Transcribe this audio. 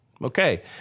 Okay